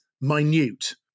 minute